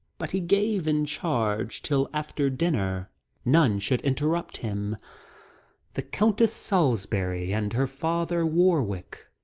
but he gave in charge, till after dinner none should interrupt him the countess salisbury and her father warwick,